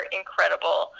incredible